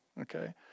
Okay